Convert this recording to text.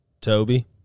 Toby